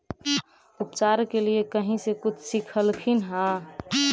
उपचार के लीये कहीं से कुछ सिखलखिन हा?